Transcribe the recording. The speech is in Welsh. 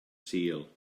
sul